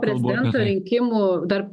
prezidento rinkimų dar